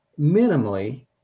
Minimally